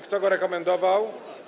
Kto go rekomendował?